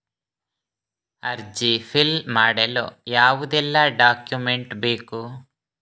ಅರ್ಜಿ ಫಿಲ್ ಮಾಡಲು ಯಾವುದೆಲ್ಲ ಡಾಕ್ಯುಮೆಂಟ್ ಬೇಕು?